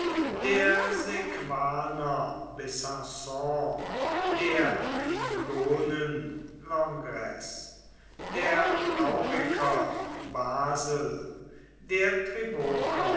der sequaner besanon der lingonen langres der rauriker basel der